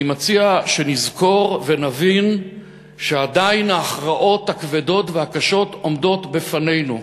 אני מציע שנזכור ונבין שעדיין ההכרעות הכבדות והקשות עומדות בפנינו.